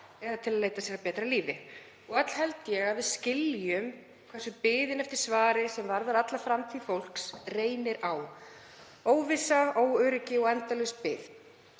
eða til að leita sér að betra lífi. Öll held ég að við skiljum hversu biðin eftir svari sem varðar alla framtíð fólks reynir á. Óvissa, óöryggi og endalaus bið.